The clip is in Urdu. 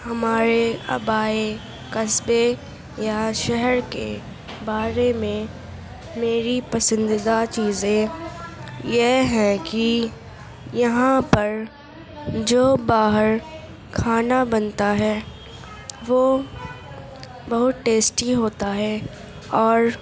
ہمارے آبائی قصبے یا شہر کے بارے میں میری پسندیدہ چیزیں یہ ہے کہ یہاں پر جو باہر کھانا بنتا ہے وہ بہت ٹیسٹی ہوتا ہے اور